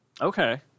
Okay